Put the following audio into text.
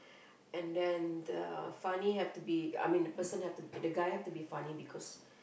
and then the funny have to be I mean the person have to be the guy have to be funny because